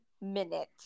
minute